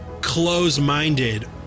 close-minded